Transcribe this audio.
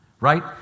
right